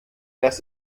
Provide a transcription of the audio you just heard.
das